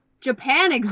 Japan